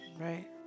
right